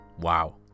Wow